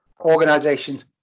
organizations